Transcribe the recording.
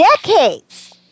decades